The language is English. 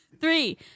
Three